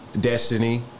destiny